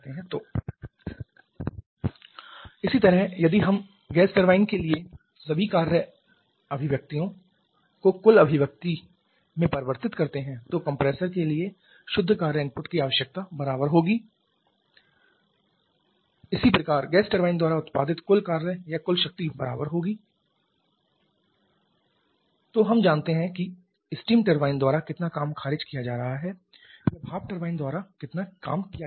तो WSTmSTh3 h4 इसी तरह यदि हम गैस टरबाइन के लिए सभी कार्य अभिव्यक्तियों को कुल अभिव्यक्ति में परिवर्तित करते हैं तो कंप्रेसर के लिए शुद्ध कार्य इनपुट की आवश्यकता बराबर होगी Wcompmg CpT2 T1 इसी प्रकार गैस टरबाइन द्वारा उत्पादित कुल कार्य या कुल शक्ति बराबर होगी WGTmg CpT3 T4 तो हम जानते हैं कि स्टीम टरबाइन द्वारा कितना काम खारिज किया जा रहा है या भाप टरबाइन द्वारा कितना काम किया जाता है